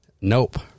Nope